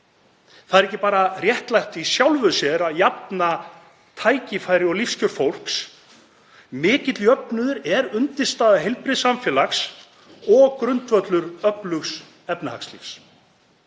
Það er ekki bara réttlátt í sjálfu sér að jafna tækifæri og lífskjör fólks, mikill jöfnuður er undirstaða heilbrigðs samfélags og grundvöllur öflugs efnahagslífs.